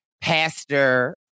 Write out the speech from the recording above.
pastor